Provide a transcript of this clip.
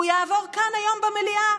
והוא יעבור כאן היום במליאה.